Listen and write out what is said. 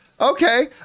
okay